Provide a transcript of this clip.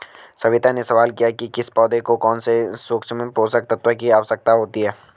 सविता ने सवाल किया कि किस पौधे को कौन से सूक्ष्म पोषक तत्व की आवश्यकता होती है